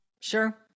Sure